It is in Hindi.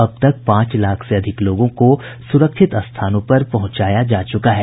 अब तक पांच लाख से अधिक लोगों को सुरक्षित स्थानों पर पहुंचाया जा चुका है